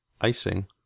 icing